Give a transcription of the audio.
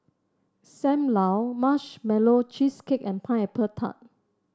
Sam Lau Marshmallow Cheesecake and Pineapple Tart